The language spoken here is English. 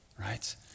right